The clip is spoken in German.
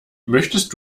möchtest